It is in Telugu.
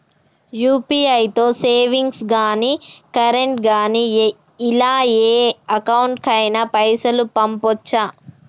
యూ.పీ.ఐ తో సేవింగ్స్ గాని కరెంట్ గాని ఇలా ఏ అకౌంట్ కైనా పైసల్ పంపొచ్చా?